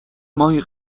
ماهی